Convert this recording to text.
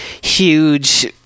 huge